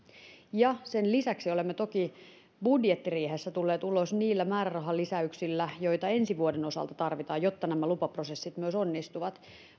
sen lisäksi olemme toki budjettiriihessä tulleet ulos niillä määrärahalisäyksillä joita ensi vuoden osalta tarvitaan jotta nämä lupaprosessit myös onnistuvat